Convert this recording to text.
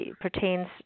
pertains